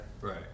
Right